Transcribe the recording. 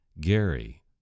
Gary